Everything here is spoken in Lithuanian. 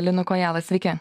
linu kojala sveiki